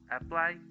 Apply